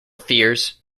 fears